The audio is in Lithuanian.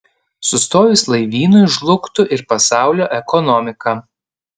sustojus laivynui žlugtų ir pasaulio ekonomika